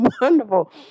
wonderful